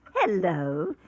Hello